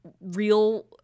real